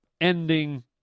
ending